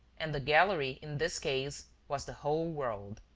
and the gallery, in this case, was the whole world.